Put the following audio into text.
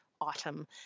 autumn